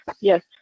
yes